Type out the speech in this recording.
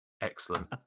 Excellent